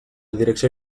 direcció